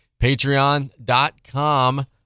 Patreon.com